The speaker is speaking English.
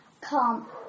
come